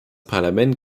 parlament